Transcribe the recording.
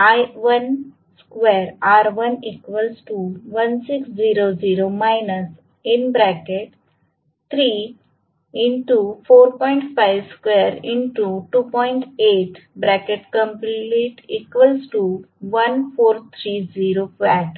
तर प्रथम मी